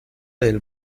del